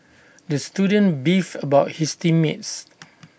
the student beefed about his team mates